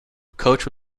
coach